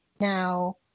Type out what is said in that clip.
Now